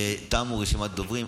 תמה רשימת הדוברים.